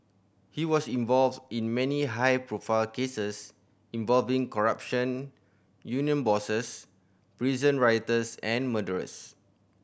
he was involved in many high profile cases involving corrupt union bosses prison rioters and murderers